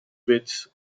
weights